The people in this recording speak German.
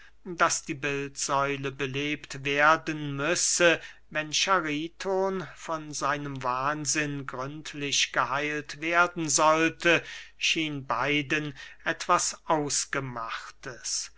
daß die bildsäule belebt werden müsse wenn chariton von seinem wahnsinn gründlich geheilt werden sollte schien beiden etwas ausgemachtes